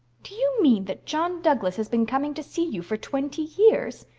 do you mean that john douglas has been coming to see you for twenty years?